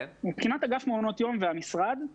מבחינת אגף מעונות יום והמשרד,